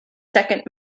second